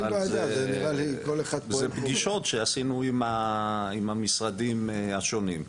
זה פגישות שעשינו אם המשרדים השונים.